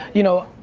you know,